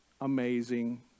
amazing